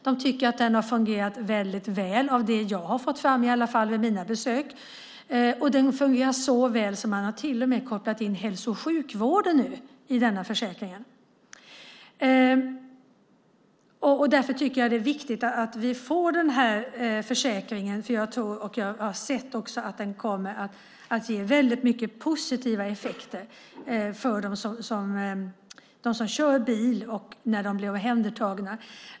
Man tycker att den har fungerat väldigt väl, i alla fall av det jag har fått fram under mina besök. Den fungerar så väl att man till och med har kopplat in hälso och sjukvården i denna försäkring nu. Därför tycker jag att det är viktigt att vi får den här försäkringen. Jag tror och har också sett att den kommer att ge väldigt mycket positiva effekter för dem som kör bil och när de blir omhändertagna.